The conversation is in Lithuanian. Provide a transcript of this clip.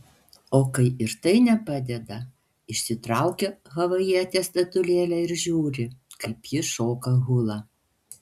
o kai ir tai nepadeda išsitraukia havajietės statulėlę ir žiūri kaip ji šoka hulą